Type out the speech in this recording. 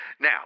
Now